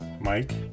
Mike